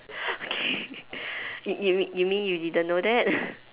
okay you you you mean you didn't know that